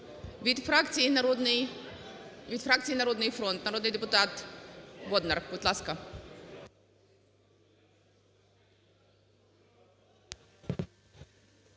Від фракції "Народний фронт" – народний депутат Бондар. Будь ласка.